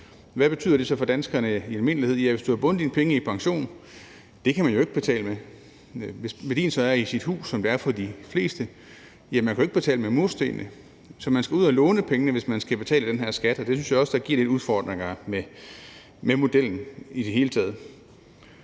Hvad betyder det så for danskerne i almindelighed? Ja, hvis man har bundet sine penge i pension, kan man jo ikke betale med dem. Hvis værdien er bundet i huset, som den er for de fleste, skal man ud at låne pengene, hvis man skal betale den her skat, for man kan jo ikke betale med murstenene. Det synes jeg også giver lidt udfordringer med modellen i det hele taget.